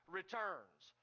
returns